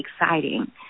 exciting